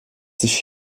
sich